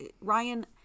Ryan